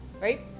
Right